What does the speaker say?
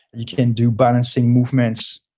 you can do balancing movements.